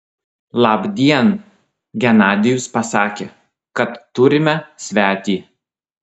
labdien genadijus pasakė kad turime svetį